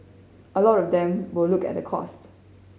a lot of them will look at the cost